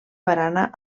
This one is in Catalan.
barana